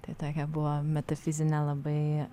tai tokia buvo metafizinė labai